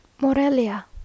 Morelia